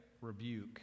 rebuke